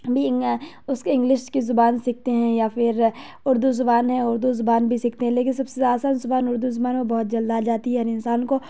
بھی اس کے انگلش اس کی زبان سیکھتے ہیں یا پھر اردو زبان ہے اردو زبان بھی سیکھتے ہیں لیکن سب سے زیادہ اصل زبان اردو زبان وہ بہت جلد آ جاتی ہے ہر انسان کو